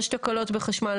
יש תקלות בחשמל,